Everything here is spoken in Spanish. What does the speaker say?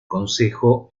consejo